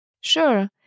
Sure